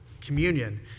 communion